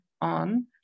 on